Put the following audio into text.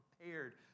prepared